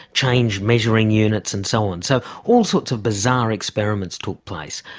changed measuring units and so on, so all sorts of bizarre experiments took place.